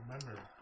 Remember